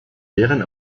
deren